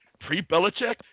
pre-Belichick